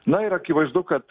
na ir akivaizdu kad